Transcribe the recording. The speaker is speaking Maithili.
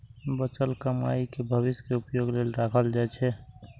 बचल कमाइ कें भविष्य मे उपयोग लेल राखल जाइ छै